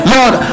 Lord